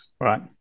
Right